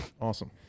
awesome